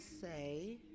say